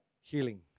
healing